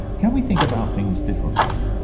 can we think about things differently?